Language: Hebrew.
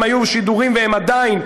הם היו, והם עדיין,